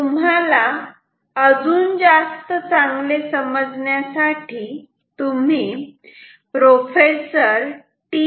तुम्हाला अजून जास्त चांगले समजण्यासाठी तुम्ही प्रोफेसर टी